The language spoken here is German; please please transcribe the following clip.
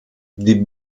die